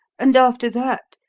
and after that,